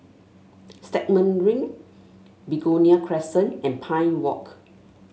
Stagmont Ring Begonia Crescent and Pine Walk